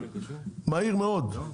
מהיר מאוד,